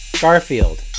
garfield